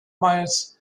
myers